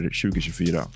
2024